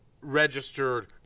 registered